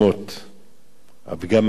גם אפילו לומר לך את הנוסח.